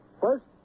First